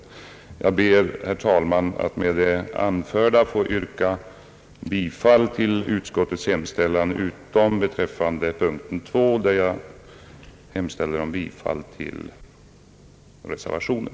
Jag ber, herr talman, att med det anförda få yrka bifall till utskottets hemställan utom beträffande punkten 2, där jag hemställer om bifall till reservationen.